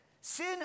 sin